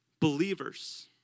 believers